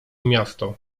miasto